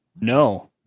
No